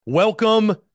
Welcome